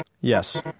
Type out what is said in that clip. Yes